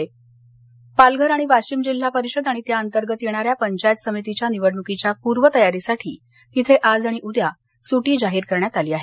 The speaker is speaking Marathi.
सड्टी पालघर वाशीम पालघर आणि वाशीम जिल्हा परिषद आणि त्या अंतर्गत येणाऱ्या पंचायत समितीच्या निवडणुकीच्या पूर्व तयारीसाठी तिथे आज आणि उद्या सुट्टी जाहीर करण्यात आली आहे